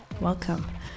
welcome